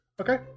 okay